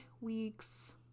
weeks